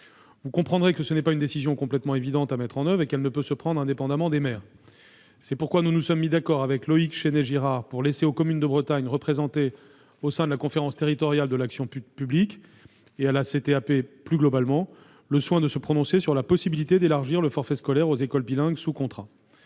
Vous comprendrez que ce n'est pas une décision complètement évidente à mettre en oeuvre et qu'elle ne peut se prendre indépendamment des maires. « C'est pourquoi nous nous sommes mis d'accord, avec Loïg Chesnais-Girard, pour laisser aux communes de Bretagne, représentées au sein de la conférence territoriale de l'action publique, et à la CTAP plus globalement, le soin de se prononcer sur la possibilité d'élargir le forfait scolaire aux écoles bilingues sous contrat.